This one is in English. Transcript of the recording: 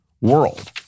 world